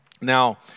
Now